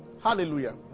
Hallelujah